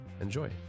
Enjoy